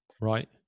right